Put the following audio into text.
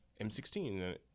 M16